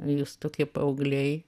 o jūs tokie paaugliai